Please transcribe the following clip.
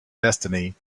destiny